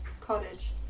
cottage